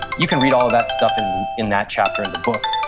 you can read all of that stuff in in that chapter in the book.